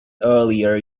earlier